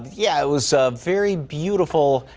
yeah it was ah a very beautiful.